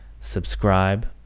Subscribe